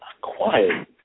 Quiet